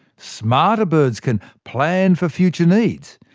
smarter birds can plan for future needs,